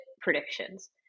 predictions